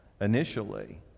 initially